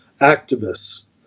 activists